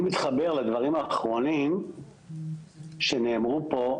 אני מתחבר לדברים האחרונים שנאמרו פה,